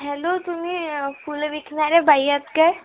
hello तुम्ही फुले विकणारे बाई आहात काय